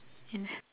and